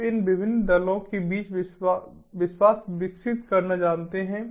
आप इन विभिन्न दलों के बीच विश्वास विकसित करना जानते हैं